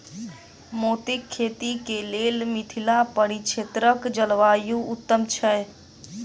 मोतीक खेती केँ लेल मिथिला परिक्षेत्रक जलवायु उत्तम छै?